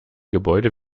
gebäude